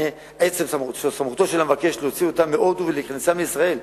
עצם סמכותו של המבקש להוציא אותם מהודו ולהכניסם לישראל,